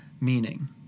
meaning